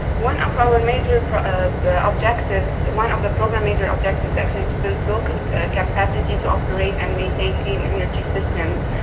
one of our and major objectives one of the program major objectives actually to build local capacity to operate and maintain clean energy systems.